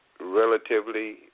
relatively